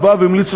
וחברי.